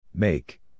Make